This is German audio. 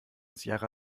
sierra